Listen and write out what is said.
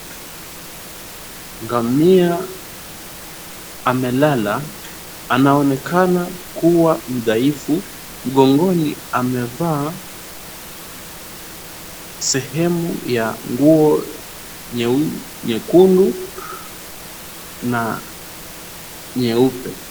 Ngamia amelala. Anaonekana kuwa mdhaifu. Mgongoni amevaa sehemu ya nguo nyekundu na nyeupe.